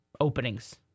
openings